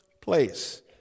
place